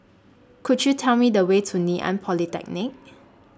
Could YOU Tell Me The Way to Ngee Ann Polytechnic